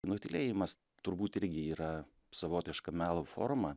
nutylėjimas turbūt irgi yra savotiška melo forma